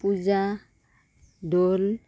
পূজা দৌল